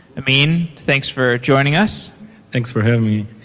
amine, thanks for joining us thanks for having me.